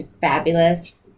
fabulous